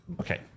Okay